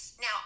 Now